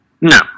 No